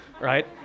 right